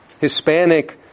Hispanic